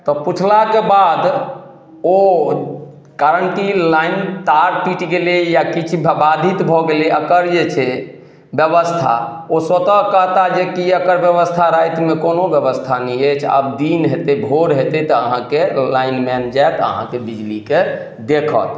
तऽ पुछलाक बाद ओ कारण कि लाइन तार टुटि गेलै या किछु बाधित भऽ गेलै एकर जे छै व्यवस्था ओ स्वतः कहता जे कि एकर व्यवस्था रातिमे कोनो व्यवस्था नहि अछि आब दिन हेतै भोर हेतै तऽ अहाँके लाइनमैन जैत अहाँके बिजलीके देखत